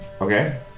Okay